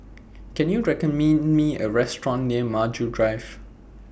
Can YOU Me A Restaurant near Maju Drive